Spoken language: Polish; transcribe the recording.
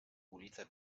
ulice